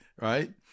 Right